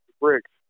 bricks